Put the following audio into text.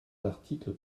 l’article